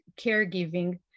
caregiving